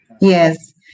Yes